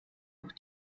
noch